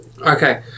Okay